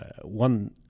one